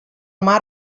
mar